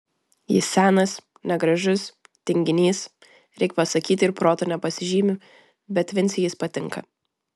jis senas negražus tinginys reik pasakyti ir protu nepasižymi bet vincei jis patinka